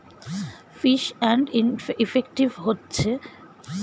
fees and effective হচ্ছে একটি economics পদ্ধতি যাতে কোন টাকার সুদ গণনা করা হয়